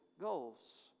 goals